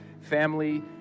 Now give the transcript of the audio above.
family